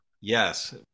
Yes